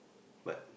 but